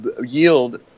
yield